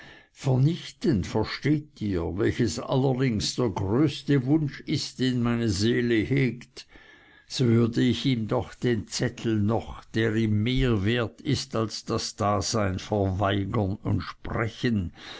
vernichten versteht ihr welches allerdings der größeste wunsch ist den meine seele hegt so würde ich ihm doch den zettel noch der ihm mehr wert ist als das dasein verweigern und sprechen